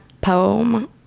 poem